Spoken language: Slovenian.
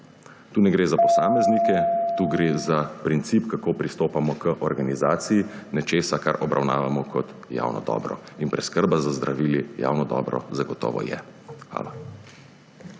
Tu ne gre za posameznike, tu gre za princip, kako pristopamo k organizaciji nečesa, kar obravnavamo kot javno dobro. In preskrba z zdravili javno dobro zagotovo je. Hvala.